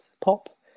pop